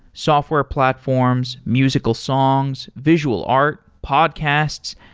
software platforms, musical songs, visual art, podcasts,